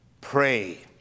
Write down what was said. Pray